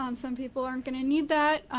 um some people aren't going to need that.